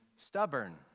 stubborn